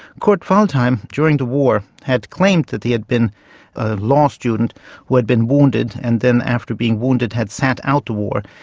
kurt waldheim during the war had claimed that he had been a law student who had been wounded, and then after being wounded had sat out the war.